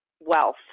wealth